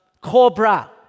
cobra